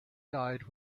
died